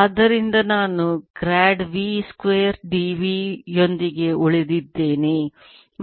ಆದ್ದರಿಂದ ನಾನು grad v square dv ಯೊಂದಿಗೆ ಉಳಿದಿದ್ದೇನೆ